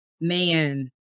man